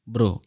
Bro